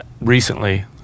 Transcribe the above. recently